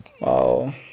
Wow